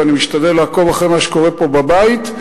ואני משתדל לעקוב אחרי מה שקורה פה בבית,